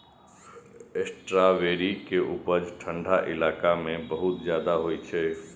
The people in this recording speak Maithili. स्ट्राबेरी के उपज ठंढा इलाका मे बहुत ज्यादा होइ छै